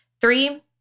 Three